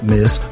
Miss